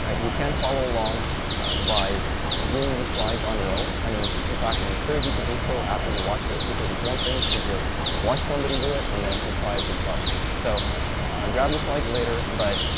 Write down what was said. ah you can follow along by viewing these slides on your own. and in in fact, i encourage you to do so after you watch this, because it's one thing to just watch somebody do it and then to try it yourself. so grab the slides later, but